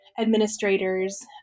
administrators